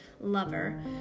lover